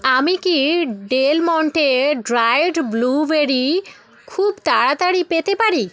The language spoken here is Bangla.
আমি কি ডেল মন্টে ড্রায়েড ব্লুবেরি খুব তাড়াতাড়ি পেতে পারি